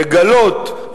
לגלות,